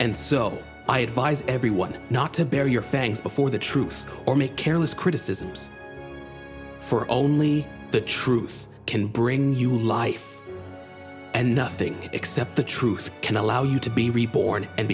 and so i advise everyone not to bury your fangs before the truth or make careless criticisms for only the truth can bring new life and nothing except the truth can allow you to be reborn and